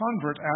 convert